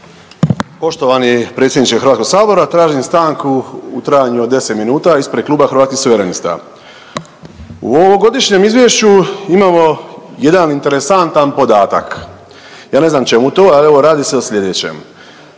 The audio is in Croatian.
Poštovani predsjedniče Hrvatskog sabora, tražim stanku u trajanju od 10 minuta ispred Kluba Hrvatskih suverenista. U ovogodišnjem izvješću imamo jedan interesantan podatak, ja ne znam čemu to, a evo radi se o slijedećem.